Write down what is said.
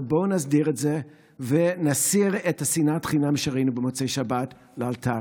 ובואו נסדיר את זה ונסיר את שנאת החינם שראינו במוצאי שבת לאלתר.